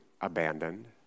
abandoned